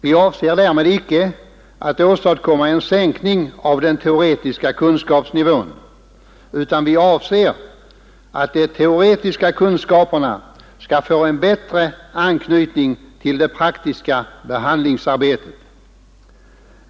Vi avser därmed icke att åstadkomma en sänkning av den teoretiska kunskapsnivån, utan vi avser att de teoretiska kunskaperna skall få bättre anknytning till det praktiska behandlingsarbetet.